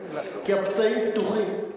כי הפצעים פתוחים.